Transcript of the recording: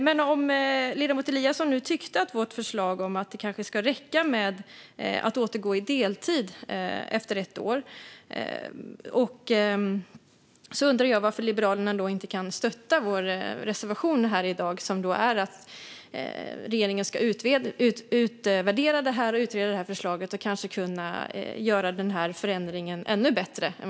Men om ledamot Eliasson nu tycker om vårt förslag om att det kan räcka med att återgå i deltid efter ett år, undrar jag varför Liberalerna inte kan stötta vår reservation i dag. Den gäller frågan om att regeringen ska utvärdera och utreda förslaget och göra förändringen ännu bättre.